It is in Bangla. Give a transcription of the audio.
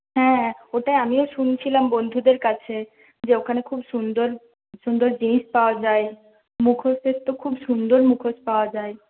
হ্যাঁ ওটাই আমিও শুনছিলাম বন্ধুদের কাছে যে ওখানে খুব সুন্দর সুন্দর জিনিস পাওয়া যায় মুখোশের তো খুব সুন্দর মুখোশ পাওয়া যায়